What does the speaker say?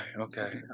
okay